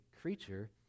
creature